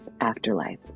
Afterlife